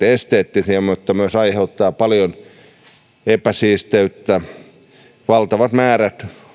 esteettisiä mutta myös aiheuttavat paljon epäsiisteyttä valtavat naakkaparvien määrät